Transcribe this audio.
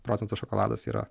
procentų šokoladas yra